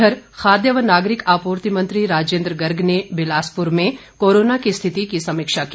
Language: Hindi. इधर खाद्य व नागरिक आपूर्ति मंत्री राजेन्द्र गर्ग ने बिलासपुर में कोरोना की स्थिति की समीक्षा की